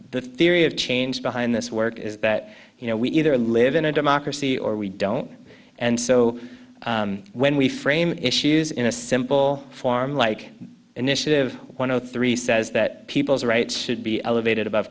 the theory of change behind this work is that you know we either live in a democracy or we don't and so when we frame issues in a simple form like initiative one o three says that people's rights should be elevated abo